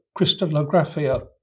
crystallographia